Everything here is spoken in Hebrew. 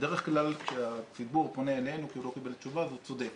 בדרך כלל כשהציבור פונה אלינו כי הוא לא קיבל תשובה אז הוא צודק,